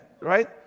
right